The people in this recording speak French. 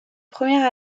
premier